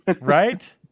right